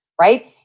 right